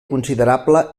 considerable